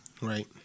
Right